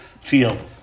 field